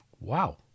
Wow